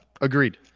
Agreed